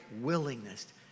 willingness